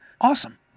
awesome